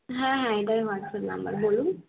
হ্যাঁ হ্যাঁ এটাই হোয়াটসঅ্যাপ নাম্বার বলুন